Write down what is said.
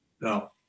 no